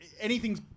anything's